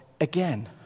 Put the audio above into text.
again